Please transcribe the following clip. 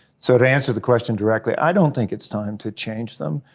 so to answer the question directly, i don't think it's time to change them.